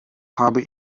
habe